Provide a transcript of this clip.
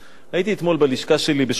הייתי אתמול בלשכה שלי בשכונת-התקווה.